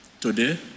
today